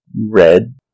red